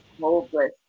hopeless